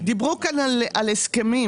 דיברו כאן על הסכמים.